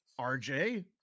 RJ